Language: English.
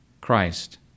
Christ